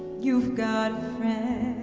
you've got